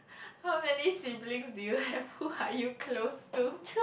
how many siblings do you have who are you close to